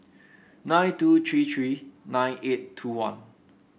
nine two three three nine eight two one